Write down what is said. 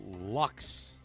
Lux